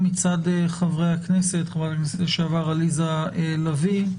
חברת הכנסת לשעבר עליזה לביא,